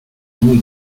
muy